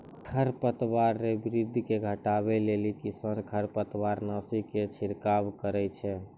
खरपतवार रो वृद्धि के घटबै लेली किसान खरपतवारनाशी के छिड़काव करै छै